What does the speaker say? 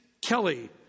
Kelly